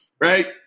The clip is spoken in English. right